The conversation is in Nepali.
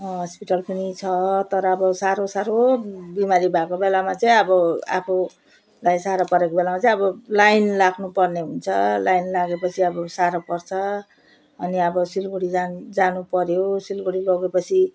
हस्पिटल पनि छ तर अब साह्रो साह्रो बिमारी भएको बेलामा चाहिँ अब आफूलाई साह्रो परेको बेलामा चाहिँ अब लाइन लाग्नु पर्ने हुन्छ लाइन लागे पछि अब साह्रो पर्छ अनि अब सिलगढी जानु जानु पऱ्यो सिलगढी लगे पछि